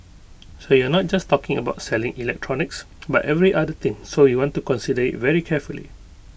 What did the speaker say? so you're not just talking about selling electronics but every other thing so we want to consider IT very carefully